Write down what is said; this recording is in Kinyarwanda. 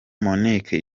monique